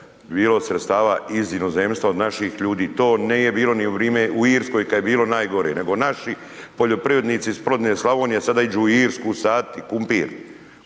bilo sredstava iz inozemstva od naših ljudi, to nije bilo ni u vrime, u Irskoj kad je bilo najgore, nego naši poljoprivrednici iz plodne Slavonije sada iđu u Irsku saditi kumpir